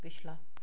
ਪਿਛਲਾ